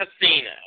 Casino